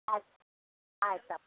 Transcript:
ಆಯ್ತು ಆಯ್ತು ಆಯ್ತು